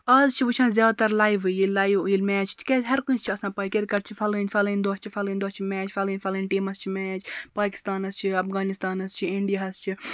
آز چھِ وٕچھان زیادٕ تَر لایِوٕے ییٚلہِ لایِو ییٚلہِ میچ تِکیٛازِ ہر کٲنٛسہِ چھِ آسان پاے کِرکَٹ چھُ فَلٲنۍ فَلٲنۍ دۄہ چھِ فَلٲنۍ دۄہ چھِ میچ فَلٲنۍ فَلٲنۍ ٹیٖمَس چھِ میچ پاکِستانَس چھِ افغانِستانَس چھِ اِنڈیاہَس چھِ